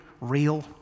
real